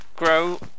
grow